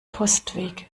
postweg